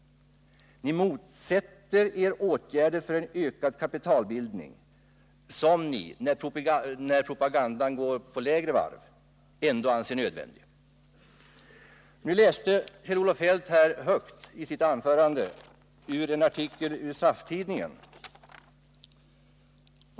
Ni motsätter er åtgärder för en ökad kapitalbildning som ni — när propagandan går på lägre varv — ändå anser nödvändig. I sitt anförande läste Kjell-Olof Feldt högt från en artikel ur SAF-tidningen.